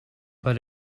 but